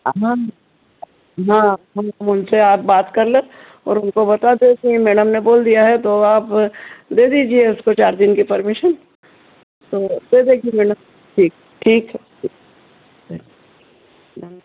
हाँ हाँ उनसे आप बात कर लें और उनको आप बता दें कि मैडम ने बोल दिया है तो आप दे दीजिए उसको चार दिन की परमिशन तो दे देगी मैडम ठीक ठीक है